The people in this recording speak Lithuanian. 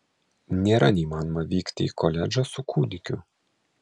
nėra neįmanoma vykti į koledžą su kūdikiu